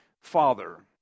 father